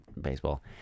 baseball